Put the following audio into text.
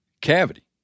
cavity